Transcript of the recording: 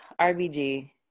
RBG